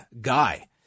Guy